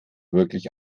wirklich